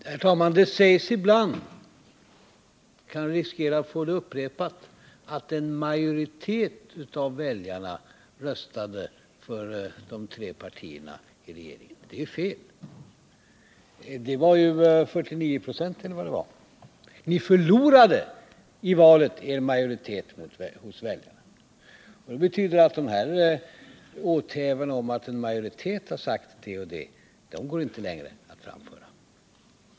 Herr talman! Det sägs ibland — och vi riskerar att få det upprepat — att en majoritet av väljarna röstade för de tre partierna i regeringen. Det är fel! Det var 49 96 eller någonting sådant. Ni förlorade i valet er majoritet hos väljarna. Det betyder att de här åthävorna och talet om att en majoritet sagt det och det inte längre håller.